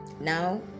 now